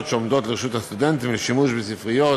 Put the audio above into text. שעומדות לרשות הסטודנטים לשימוש בספריות